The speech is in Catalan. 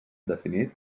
definit